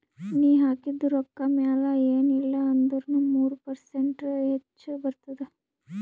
ನೀ ಹಾಕಿದು ರೊಕ್ಕಾ ಮ್ಯಾಲ ಎನ್ ಇಲ್ಲಾ ಅಂದುರ್ನು ಮೂರು ಪರ್ಸೆಂಟ್ರೆ ಹೆಚ್ ಬರ್ತುದ